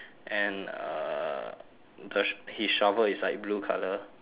and uh the sh~ his shovel is like blue colour